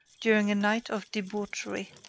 during a night of debauchery.